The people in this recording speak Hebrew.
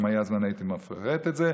אם היה זמן הייתי מפרט את זה.